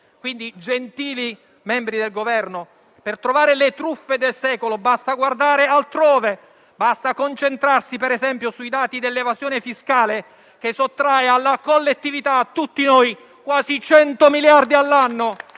Quindi, gentili membri del Governo, per trovare le truffe del secolo basta guardare altrove. Basta concentrarsi - per esempio - sui dati dell'evasione fiscale che sottrae alla collettività, a tutti noi, quasi 100 miliardi all'anno